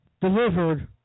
delivered